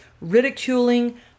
ridiculing